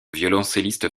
violoncelliste